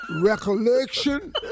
recollection